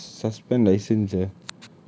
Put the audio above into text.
sus~ suspend license sia